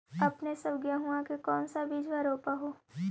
अपने सब गेहुमा के कौन सा बिजबा रोप हू?